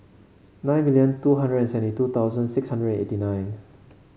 nine million two hundred and seventy two thousand six hundred eighty nine